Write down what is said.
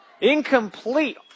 Incomplete